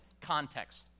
context